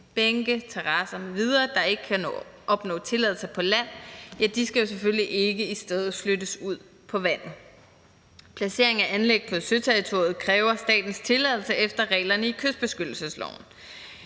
Bænke, terrasser m.v., der ikke kan opnå tilladelse på land, skal jo selvfølgelig ikke i stedet flyttes ud på vandet. Placeringen af anlæg på søterritoriet kræver statens tilladelse efter reglerne i kystbeskyttelsesloven.